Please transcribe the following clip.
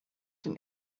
den